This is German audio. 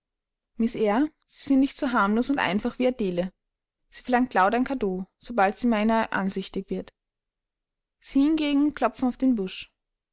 eyre sie sind nicht so harmlos und einfach wie adele sie verlangt laut ein cadeau sobald sie meiner ansichtig wird sie hingegen klopfen auf den busch